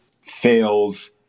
fails